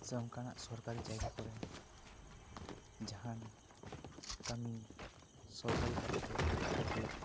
ᱥᱮ ᱚᱱᱠᱟᱱᱟᱜ ᱥᱚᱨᱠᱟᱨᱤ ᱡᱟᱭᱜᱟ ᱠᱚᱨᱮ ᱡᱟᱦᱟᱱ ᱠᱟᱹᱢᱤ ᱥᱚᱨᱠᱟᱨᱤ ᱵᱷᱟᱵ ᱛᱮ ᱦᱩᱭᱩᱜ